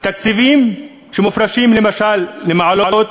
תקציבים שמופרשים למשל למעלות,